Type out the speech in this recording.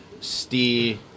steer